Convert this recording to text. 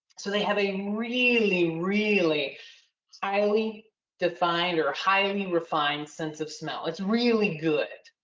so they have a really, really highly defined or highly refined sense of smell, it's really good.